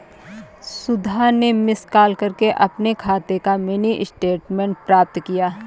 सुधा ने miss call करके अपने खाते का मिनी स्टेटमेंट प्राप्त किया